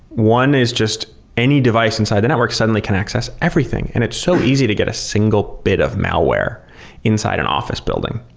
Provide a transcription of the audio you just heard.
one is just any device inside the network suddenly connects us everything, and it so easy to get a single bit of malware inside an office building.